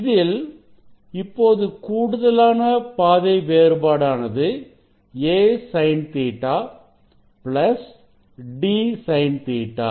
இதில் இப்போது கூடுதலான பாதை வேறுபாடானது a sin Ɵ plus d sin Ɵ